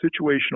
situational